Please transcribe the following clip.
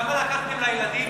כמה לקחתם לילדים?